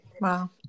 Wow